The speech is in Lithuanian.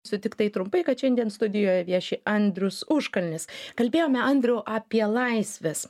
sutiktai trumpai kad šiandien studijoje vieši andrius užkalnis kalbėjome andriau apie laisves